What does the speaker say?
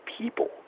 people